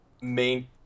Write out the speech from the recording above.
main